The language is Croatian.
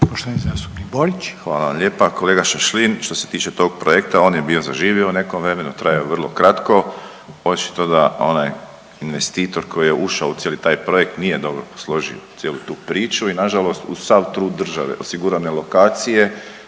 Josip (HDZ)** Hvala vam lijepa. Kolega Šašlin što se tiče tog projekta on je bio zaživio u nekom vremenu, trajao je vrlo kratko. Očito da onaj investitor koji je ušao u cijeli taj projekt nije dobo posložio cijelu tu priču i na žalost uz sav trud države, osigurane lokacije